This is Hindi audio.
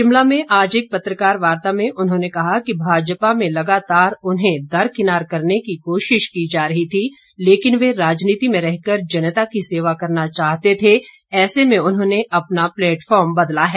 शिमला में आज एक पत्रकारवार्ता में उन्होंने कहा कि भाजपा में लगातार उन्हें दरकिनार करने की कोशिश की जा रही थी लेकिन वे राजनीति मे रहकर जनता की सेवा करना चाहते थे और ऐसे में उन्होंने अपना प्लेटफार्म बदला है